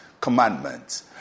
commandments